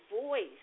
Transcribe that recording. voice